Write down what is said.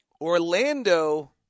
Orlando